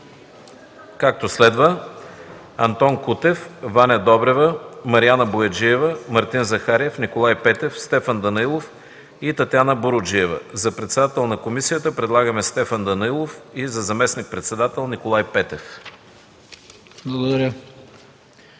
както следва: Антон Кутев, Ваня Добрева, Мариана Бояджиева, Мартин Захариев, Николай Петев, Стефан Данаилов и Татяна Буруджиева. За председател на комисията предлагаме Стефан Данаилов, за заместник-председател – Николай Петев.